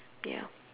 ya